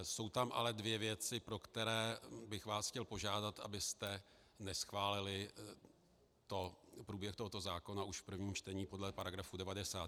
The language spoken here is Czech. Jsou tam ale dvě věci, pro které bych vás chtěl požádat, abyste neschválili průběh tohoto zákona už v prvním čtení podle § 90.